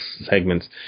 segments